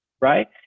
Right